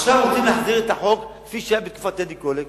עכשיו רוצים להחזיר את החוק כפי שהיה בתקופת טדי קולק,